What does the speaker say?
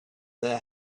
their